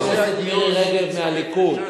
מלה לחברת הכנסת מירי רגב מהליכוד.